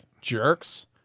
Jerks